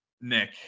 Nick